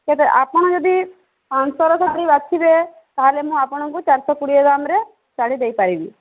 ସେ ଆପଣ ଯଦି ପାଞ୍ଚଶହର ଶାଢ଼ୀ ବାଛିବେ ତା'ହେଲେ ମୁଁ ଆପଣଙ୍କୁ ଚାରିଶହ କୋଡ଼ିଏ ଦାମରେ ଶାଢ଼ୀ ଦେଇପାରିବି